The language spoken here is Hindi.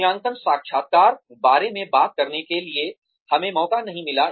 मूल्यांकन साक्षात्कार बारे में बात करने के लिए हमें मौका नहीं मिला